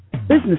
Business